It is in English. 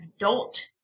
adult